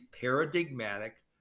paradigmatic